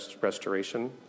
restoration